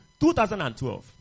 2012